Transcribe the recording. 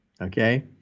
okay